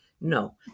No